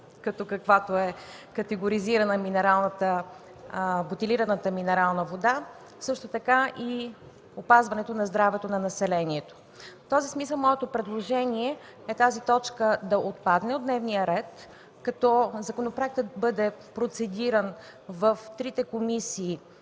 като каквато е категоризирана бутилираната минерална вода, също така и опазването здравето на населението. В този смисъл моето предложение е тази точка да отпадне от дневния ред, като законопроектът бъде процедиран в трите комисии